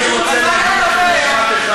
אני רוצה להשלים את הדברים שלי.